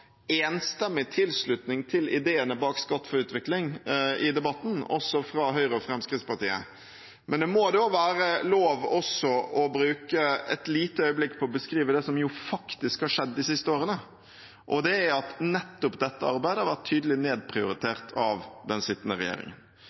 enstemmig tilslutning til ideene bak «Skatt for utvikling» i debatten, også fra Høyre og Fremskrittspartiet, men det må være lov også å bruke et lite øyeblikk på å beskrive det som faktisk har skjedd de siste årene. Det er at nettopp dette arbeidet har vært tydelig nedprioritert av den sittende regjeringen.